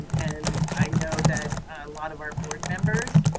and um i know that a lot of our board members,